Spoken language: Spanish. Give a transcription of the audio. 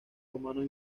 humanos